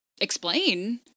explain